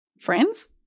Friends